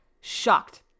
shocked